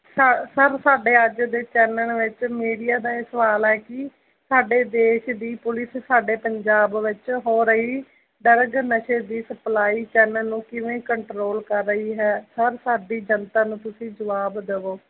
ਸਾ ਸਰ ਸਾਡੇ ਅੱਜ ਦੇ ਚੈਨਲ ਵਿੱਚ ਮੀਡੀਆ ਦਾ ਇਹ ਸਵਾਲ ਹੈ ਕਿ ਸਾਡੇ ਦੇਸ਼ ਦੀ ਪੁਲਿਸ ਸਾਡੇ ਪੰਜਾਬ ਵਿੱਚ ਹੋ ਰਹੀ ਡਰੱਗ ਨਸ਼ੇ ਦੀ ਸਪਲਾਈ ਚੈਨਲ ਨੂੰ ਕਿਵੇਂ ਕੰਟਰੋਲ ਕਰ ਰਹੀ ਹੈ ਸਰ ਸਾਡੀ ਜਨਤਾ ਨੂੰ ਤੁਸੀਂ ਜਵਾਬ ਦੇਵੋ